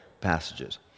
passages